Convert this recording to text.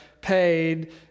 paid